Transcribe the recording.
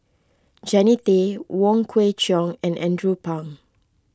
Jannie Tay Wong Kwei Cheong and Andrew Phang